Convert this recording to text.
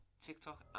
TikTok